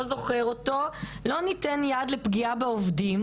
זוכר אותו: לא ניתן יד לפגיעה בעובדים,